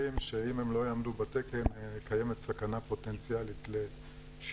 שאם לא יעמדו בדרישות התקן קיים בהם פוטנציאל סיכון.